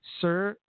Sir